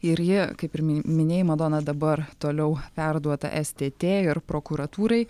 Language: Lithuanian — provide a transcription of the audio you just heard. ir ji kaip ir mi minėjai madona dabar toliau perduota stt ir prokuratūrai